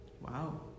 Wow